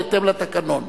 בהתאם לתקנון.